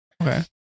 Okay